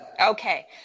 Okay